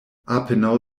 apenaŭ